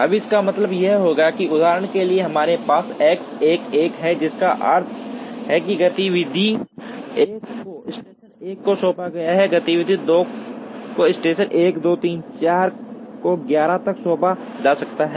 अब इसका मतलब यह होगा कि उदाहरण के लिए हमारे पास X 1 1 है जिसका अर्थ है कि गतिविधि 1 को स्टेशन 1 को सौंपा गया है गतिविधि 2 को स्टेशन 1 2 3 4 को 11 तक सौंपा जा सकता है